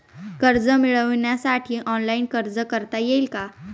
कर्ज मिळविण्यासाठी ऑनलाइन अर्ज करता येईल का?